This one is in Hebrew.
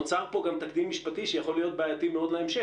נוצר פה גם תקדים משפטי שיכול להיות מאוד בעייתי להמשך.